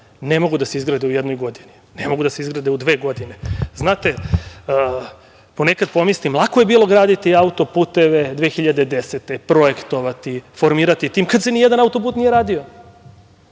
ne mogu da se izgrade u jednoj godini, ne mogu da se izgrade u dve godine. Znate, ponekada pomislim lako je bilo graditi autoputeve 2010. godine, projektovati, formirati tim, kada se ni jedan autoput nije radio,